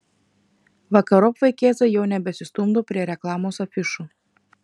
vakarop vaikėzai jau nebesistumdo prie reklamos afišų